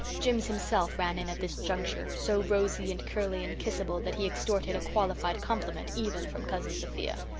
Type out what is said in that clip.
jims himself ran in at this juncture, so rosy and curly and kissable, that he extorted a qualified compliment even from cousin sophia.